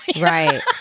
Right